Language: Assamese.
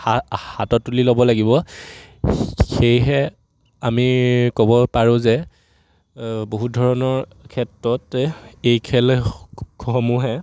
হা হাতত তুলি ল'ব লাগিব সেয়েহে আমি ক'ব পাৰোঁ যে বহুত ধৰণৰ ক্ষেত্ৰতে এই খেলসমূহে